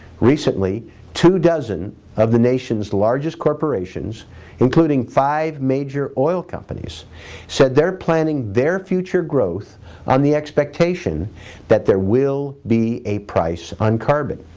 recently two dozen of the nation's largest corporations including five major oil companies said they're planning their future growth on the expectation that there will be a price on carbon.